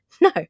no